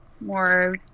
more